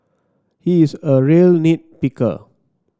he is a real nit picker